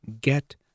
get